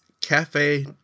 Cafe